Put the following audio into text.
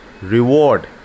reward